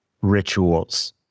rituals